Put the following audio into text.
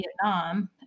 Vietnam